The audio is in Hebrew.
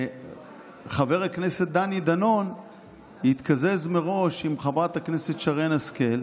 שחבר הכנסת דני דנון יתקזז מראש עם חברת הכנסת שרן השכל.